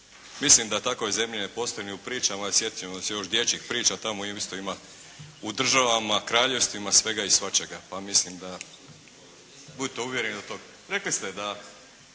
Mislim da takve zemlje ne postoje ni u pričama i sjetiti ćemo se još dječjih priča, tamo isto ima u državama, kraljevstvima svega i svačega, pa mislim da budite uvjereni u to. Rekli ste da